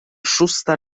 szósta